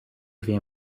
vient